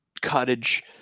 cottage